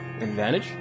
Advantage